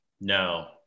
No